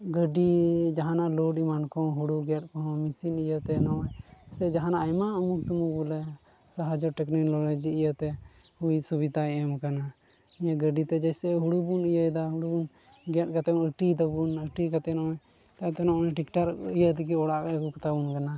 ᱜᱟᱹᱰᱤ ᱡᱟᱦᱟᱱᱟᱜ ᱞᱳᱰ ᱮᱢᱟᱱ ᱠᱚ ᱦᱚᱸ ᱦᱩᱲᱩ ᱜᱮᱫ ᱮᱢᱟᱱ ᱠᱚ ᱦᱚᱸ ᱢᱮᱥᱤᱱ ᱤᱭᱟᱹᱛᱮ ᱱᱚᱣᱟ ᱥᱮ ᱡᱟᱦᱟᱱᱟᱜ ᱟᱭᱢᱟ ᱩᱢᱩᱠ ᱛᱩᱢᱩᱠ ᱵᱚᱞᱮ ᱥᱟᱦᱟᱡᱽᱡᱚ ᱴᱮᱹᱠᱱᱤᱠᱮᱞ ᱱᱚᱞᱮᱡᱽ ᱤᱭᱟᱹᱛᱮ ᱦᱩᱭ ᱥᱩᱵᱤᱛᱟᱭ ᱮᱢ ᱠᱟᱱᱟ ᱤᱭᱟᱹ ᱜᱟᱹᱰᱤᱛᱮ ᱡᱮᱥᱮ ᱦᱩᱲᱩ ᱵᱚᱱ ᱤᱭᱟᱹᱭᱫᱟ ᱦᱩᱲᱩ ᱵᱚᱱ ᱜᱮᱫ ᱠᱟᱛᱮᱫ ᱟᱹᱴᱤᱭ ᱫᱟᱵᱚᱱ ᱟᱹᱴᱤ ᱠᱟᱛᱮᱫ ᱱᱚᱜᱼᱚᱭ ᱱᱮᱛᱟᱨ ᱫᱚ ᱱᱚᱜᱼᱚᱭ ᱴᱨᱮᱠᱴᱟᱨ ᱤᱭᱟᱹ ᱛᱮᱜᱮ ᱚᱲᱟᱜ ᱠᱚ ᱟᱹᱜᱩ ᱠᱟᱛᱟ ᱵᱚᱱ ᱠᱟᱱᱟ